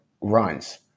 runs